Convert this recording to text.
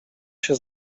się